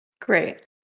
Great